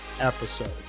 episode